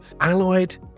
allied